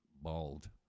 Bald